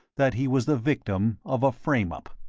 that he was the victim of a frame-up,